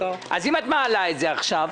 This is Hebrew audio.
אם את מעלה את זה עכשיו,